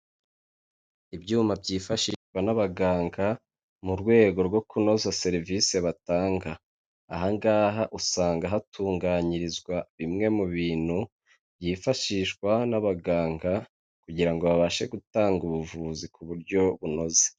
Ibyuma byifashishwa n'abaganga mu rwego rwo kunoza serivisi batanga, aha ngaha usanga hatunganyirizwa bimwe mu bintu byifashishwa n'abaganga, kugira ngo babashe gutanga ubuvuzi ku buryo bunoze.